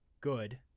good